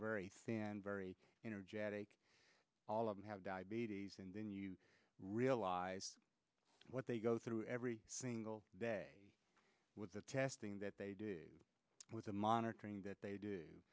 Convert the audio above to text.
very thin very energetic all of them have diabetes and then you realize what they go through every single day with the testing that they do the monitoring that they do